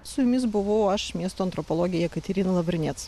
su jumis buvau aš miesto antropologė jekaterina lavrinec